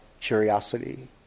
curiosity